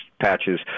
patches